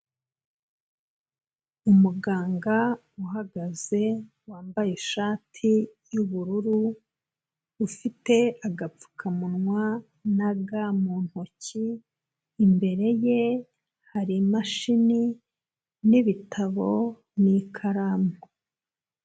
Umuganga uhagaze wambaye ishati y'ubururu, ufite agapfukamunwa na ga mu ntoki, imbere ye hari imashini n'ibitabo n'ikaramu.